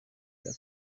bwa